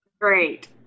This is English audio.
Great